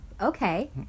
Okay